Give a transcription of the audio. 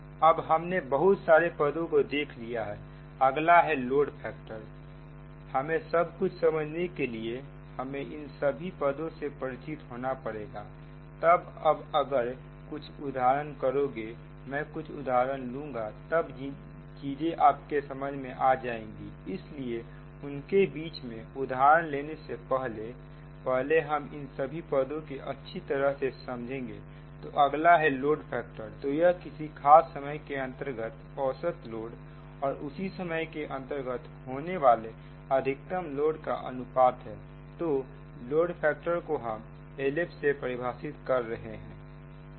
अब हमने बहुत सारे पदों को देख लिया हैअगला है लोड फैक्टर हमें सब कुछ समझने के लिए हमें इन सभी पदों से परिचित होना पड़ेगा तब अब अगर कुछ उदाहरण करोगे मैं कुछ उदाहरण लूंगा तब चीजें आपके समझ में आ जाएगी इसीलिए उनके बीच में उदाहरण लेने से पहले पहले हम इन सभी पदों को अच्छी तरह से समझेंगे तो अगला है लोड फैक्टर तो यह किसी खास समय के अंतर्गत औसत लोड और उसी समय के अंतर्गत होने वाले अधिकतम लोड का अनुपात है तो लोड फैक्टर को हम LF से परिभाषित कर रहे हैं